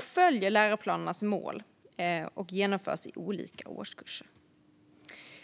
följer läroplanernas mål och genomförs i olika årskurser.